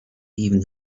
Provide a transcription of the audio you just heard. even